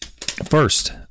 First